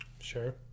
Sure